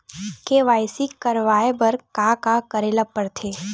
KYC करवाय बर का का करे ल पड़थे?